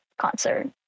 concert